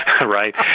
right